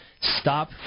Stop